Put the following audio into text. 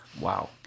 Wow